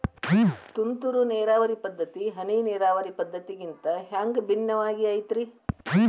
ತುಂತುರು ನೇರಾವರಿ ಪದ್ಧತಿ, ಹನಿ ನೇರಾವರಿ ಪದ್ಧತಿಗಿಂತ ಹ್ಯಾಂಗ ಭಿನ್ನವಾಗಿ ಐತ್ರಿ?